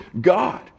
God